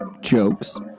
jokes